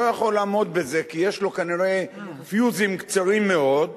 שלא יכול לעמוד בזה כי יש לו כנראה פיוזים קצרים מאוד,